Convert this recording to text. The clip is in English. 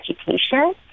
education